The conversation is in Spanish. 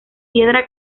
piedra